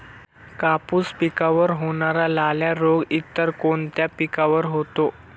कापूस पिकावर होणारा लाल्या रोग इतर कोणत्या पिकावर होतो?